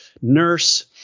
nurse